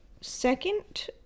Second